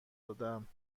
دادم